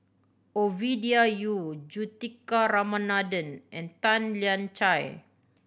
Ovidia Yu Juthika Ramanathan and Tan Lian Chye